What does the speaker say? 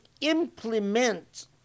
implement